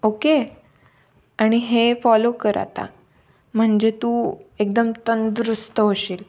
okay आणि हे follow कर आता म्हणजे तू एकदम तंदुरुस्त होशील